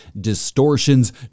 distortions